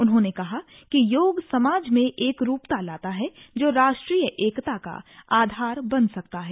उन्होंने कहा कि योग समाज में एकरूपता लाता है जो राष्ट्रीय एकता का आधार बन सकता है